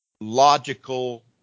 logical